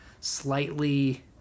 slightly